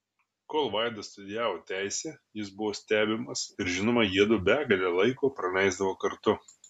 kol vaida studijavo teisę jis buvo stebimas ir žinoma jiedu begalę laiko praleisdavo kartu